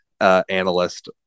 analyst